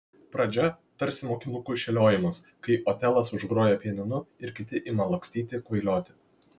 pradžia tarsi mokinukų šėliojimas kai otelas užgroja pianinu ir kiti ima lakstyti kvailioti